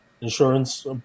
Insurance